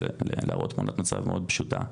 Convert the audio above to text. ולהראות תמונת מצב מאוד פשוטה.